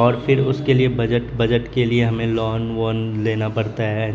اور پھر اس کے لیے بجٹ بجٹ کے لیے ہمیں لون وون لینا پڑتا ہے